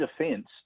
defense